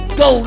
go